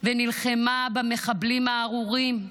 ונלחמה במחבלים הארורים.